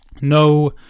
No